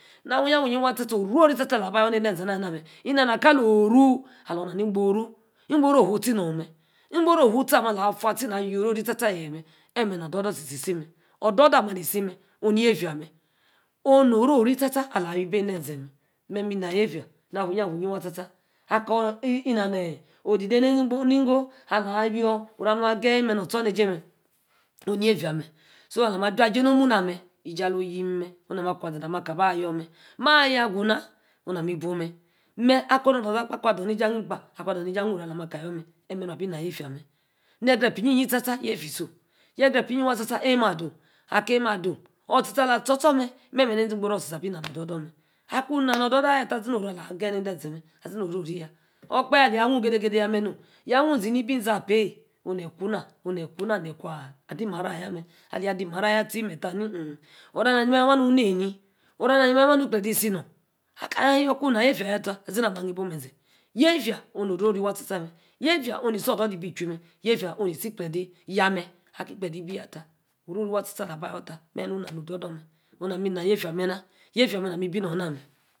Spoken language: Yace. Na, awu-iyin, oro-ri tsa-tsa, ala ba, ayor nede-ese, ama. ina, naka loru, alor na igboru igboru, ofuu-tie nor meh, igboruu ofuu tie, alah fuu atie na yoro-ri tsa tsa yeeh meh, emeh nor oduu-dull tiefie, isi meh, oduu-duu ama, ali-si, meh onu, yefia meh, onnu-noro-ri tsa-tsa, meh ala yor ebi, ende-ezee meh, memeh, mi na yefia, ma-afueiyi afuiyi wwaa tsa-tsa, akor na-ne-odide, ne-zigboru ni-go, alayor, oru atalu ageyi meh, nom, notsion-esie, meh oh yefia meh, so ala-mi ajua jie nomu na-meh iji, alu yim meh, na-ma kwaze, na maka ba ayor meh, maa-ayor aguna, oh na, mi ibu meh, meh akonu oloza, akwa ador ne-jie, anim kpa, adou ne-jie aku, aka yoru, alami aka yor-meh, em-eh nu abi na yefia meh, ne-egre-epa iyi-yi tsa-tsa, yefia isom, ye-egre-epa iyi-yi waa tsa-tsa, emah adome, aka emah, adome, otie, tie ala, tsor tsor meh, memeh. ne-ezi, gboru, tie-tie abi nameh, nor-odor-odor meh, aku na, nor-odor-dor, aya-tah azi, noro-ala geyi nede-ezee ama meh, azi no-orio-ri-yaa okpahe alia nuu ge-ge0geh yaa meh mom, yaa nu-ni bi ezee apa eyi oh neyi ikuna, ne-kwa adi mara ayah meh, aleyi adi-maru ayaa tiee meh. eta men, oro-meh ayoma nu-neni, oro-ma ayoma ne-ikplede isi nor, aka yor aku, na yefia yaa tah, azi nami ani-bu ezee, yefia oh-no oro-ri waa tsa-tsa meh, yefia onu isi odor dor, ibi chui meh, yefia onu, ni si-ikpede, de yaa- meh ai-t ikplede, ibi yaa tah, oro- ri waa tsa-tsa ala, ba yor ta emeh nu na dor-dor meh, oh na meh na-yefia meh nah, yefia ameh, nami ibi mon-na-meh-